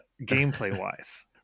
gameplay-wise